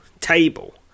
table